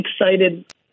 excited